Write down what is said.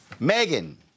Megan